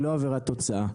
היא לא עבירת תוצאה.